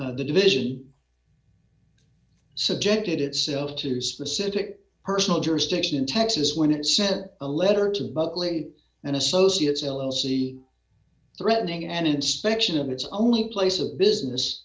health the division subjected itself to specific personal jurisdiction in texas when it sent a letter to the late and associates l l c threatening an inspection of its only place of business